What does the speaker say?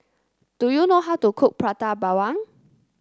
do you know how to cook Prata Bawang